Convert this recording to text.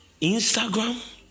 Instagram